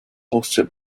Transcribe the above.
hosted